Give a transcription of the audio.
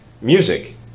music